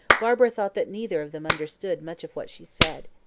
barbara thought that neither of them understood much of what she said.